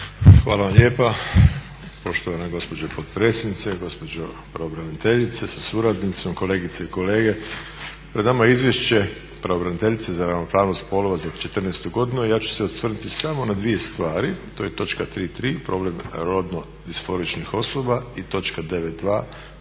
Hvala vam lijepa poštovana gospođo potpredsjednice, gospođo pravobraniteljice sa suradnicom, kolegice i kolege. Pred nama je Izvješće pravobraniteljice za ravnopravnost spolova za '14. godinu i ja ću se osvrnuti samo na dvije stvari, to je točka 3.3., problem rodno-disforičnih osoba i točka 9.2 priziv